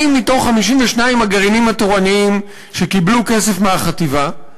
40 מתוך 52 הגרעינים התורניים שקיבלו כסף מהחטיבה,